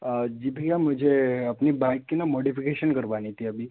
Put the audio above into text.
जी भैया मुझे अपनी बाइक की मोडिफिकेशन करवानी थी अभी